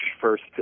first